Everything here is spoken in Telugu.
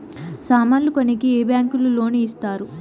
సామాన్లు కొనేకి ఏ బ్యాంకులు లోను ఇస్తారు?